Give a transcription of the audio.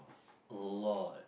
a lot